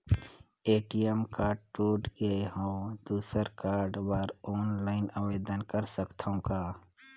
ATM card टूट गे हववं दुसर कारड बर ऑनलाइन आवेदन कर सकथव का?